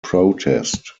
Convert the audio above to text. protest